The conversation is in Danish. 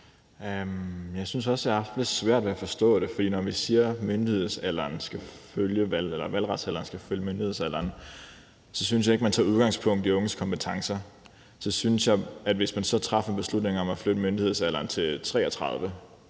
Jeg synes også, jeg har haft lidt svært ved at forstå det, for når vi siger, at valgretsalderen skal følge myndighedsalderen, synes jeg ikke, at man tager udgangspunkt i unges kompetencer. Hvis man så traf en beslutning om at flytte myndighedsalderen til 33,